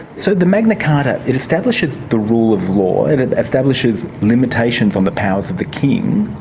so the magna carta it establishes the rule of law, and it establishes limitations on the powers of the king